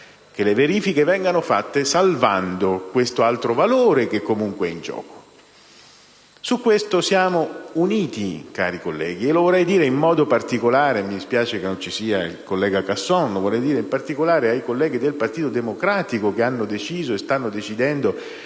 che le verifiche vengano fatte salvando quest'altro valore che comunque è in gioco. Su questo siamo uniti, cari colleghi, e lo vorrei dire in modo particolare - mi dispiace che non ci sia il collega Casson - ai colleghi del Partito Democratico che hanno deciso e stanno decidendo